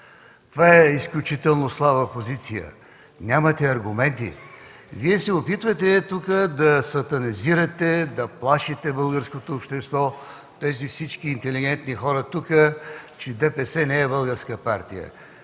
Това е изключително слаба позиция. Нямате аргументи. Вие се опитвате тук да сатанизирате, да плашите българското общество, всички тези интелигентни хора тук, че ДПС не е българска партия.